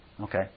Okay